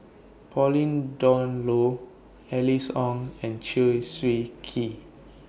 Pauline Dawn Loh Alice Ong and Chew Swee Kee